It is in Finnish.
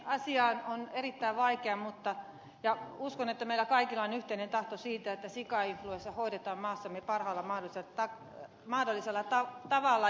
asia on erittäin vaikea ja uskon että meillä kaikilla on yhteinen tahto siitä että sikainfluenssa hoidetaan maassamme parhaalla mahdollisella tavalla